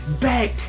back